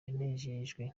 yanemejwe